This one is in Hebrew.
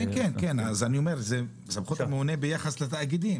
אני יודע שמחירי המים נקבעים על ידי רשות המים ולא על ידי התאגידים